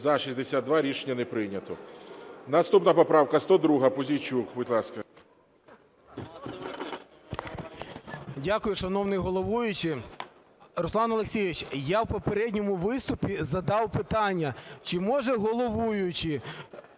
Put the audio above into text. За-62 Рішення не прийнято. Наступна поправка 102-а. Пузійчук. Будь ласка. 14:41:25 ПУЗІЙЧУК А.В. Дякую, шановний головуючий. Руслан Олексійович, я в попередньому виступі задав питання, чи може головуючий